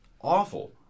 awful